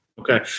Okay